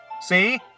See